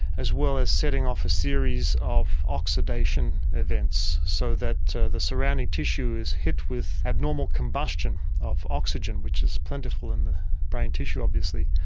as well as setting off a series of oxidation events. so that the surrounding tissue is hit with abnormal combustion of oxygen, which is plentiful in the brain tissue, obviously,